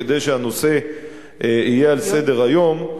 כדי שהנושא יהיה על סדר-היום,